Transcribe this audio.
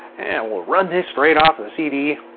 and we'll run this straight off of the cd.